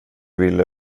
ville